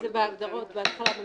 זה בהגדרות בהתחלה.